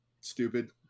stupid